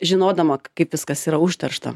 žinodama kaip viskas yra užteršta